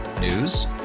News